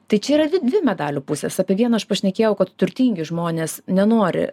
tai čia yra dvi medalio pusės apie vieną pašnekėjau kad turtingi žmonės nenori